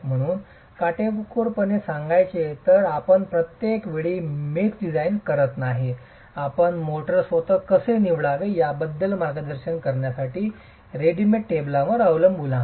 म्हणून काटेकोरपणे सांगायचे तर आपण प्रत्येक वेळी मिक्स डिझाइन करत नाही आपण मोर्टार स्वतः कसे निवडावे याबद्दल मार्गदर्शन करण्यासाठी या रेडिमेड टेबलांवर अवलंबून आहात